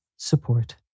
Support